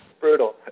Brutal